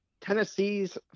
Tennessee's